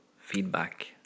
feedback